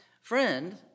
friend